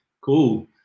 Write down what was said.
cool